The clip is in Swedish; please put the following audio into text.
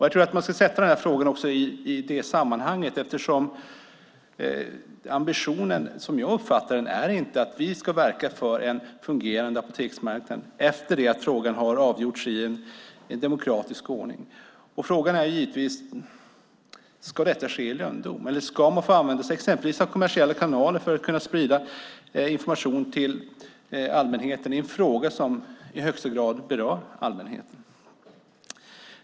Jag tror att man ska sätta in dessa frågor i det sammanhanget, eftersom ambitionen som jag uppfattar det inte är att vi ska verka för en fungerande apoteksmarknad efter det att frågan avgjorts i demokratisk ordning. Frågan är givetvis: Ska detta ske i lönndom, eller ska man få använda sig av exempelvis kommersiella kanaler för att kunna sprida information till allmänheten i en fråga som i högsta grad berör allmänheten?